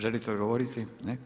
Želite odgovoriti?